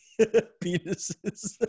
penises